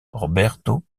roberto